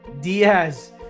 Diaz